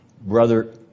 Brother